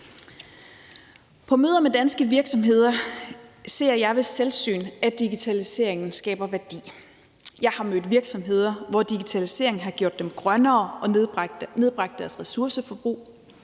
På møder med danske virksomheder ser jeg ved selvsyn, at digitaliseringen skaber værdi. Jeg har mødt virksomheder, hvor digitalisering har gjort dem grønnere og nedbragt deres ressourceforbrug.